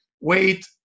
wait